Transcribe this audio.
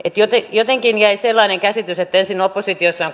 jotenkin jäi sellainen käsitys että ensin oppositiossa